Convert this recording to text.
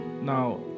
Now